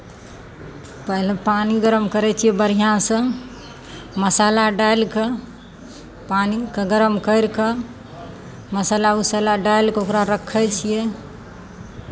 पहिले पानि गरम करै छियै बढ़ियाँसँ मसाला डालि कऽ पानिकेँ गरम करि कऽ मसाला उसाला डालि कऽ ओकरा रखै छियै